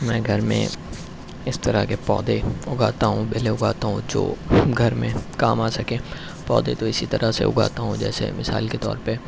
میں گھر میں اس طرح کے پودے اگاتا ہوں بیلیں اگاتا ہوں جو گھر میں کام آ سکیں پودے تو اسی طرح سے اگاتا ہوں جیسے مثال کے طور پہ